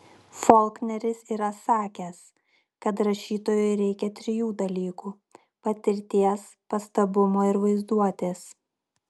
folkneris yra sakęs kad rašytojui reikia trijų dalykų patirties pastabumo ir vaizduotės